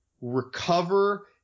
recover